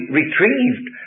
retrieved